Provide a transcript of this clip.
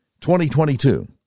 2022